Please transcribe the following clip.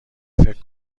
فکر